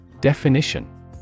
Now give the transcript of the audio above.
Definition